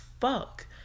fuck